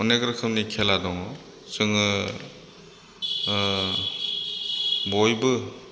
अनेक रोखोमनि खेला दङ जोङो बयबो